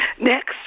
Next